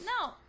No